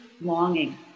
longing